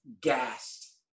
gassed